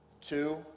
two